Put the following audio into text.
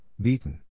beaten